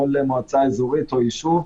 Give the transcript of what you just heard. בכל מועצה אזורית או יישוב,